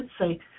say